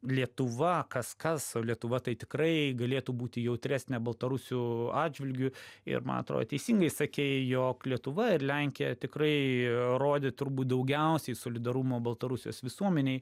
lietuva kas kas o lietuva tai tikrai galėtų būti jautresnė baltarusių atžvilgiu ir man atrodo teisingai sakei jog lietuva ir lenkija tikrai rodė turbūt daugiausiai solidarumo baltarusijos visuomenei